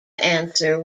answer